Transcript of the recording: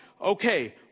Okay